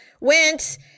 went